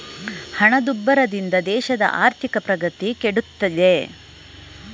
ಹಣದುಬ್ಬರದಿಂದ ದೇಶದ ಆರ್ಥಿಕ ಪ್ರಗತಿ ಕೆಡುತ್ತಿದೆ